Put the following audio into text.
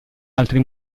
altri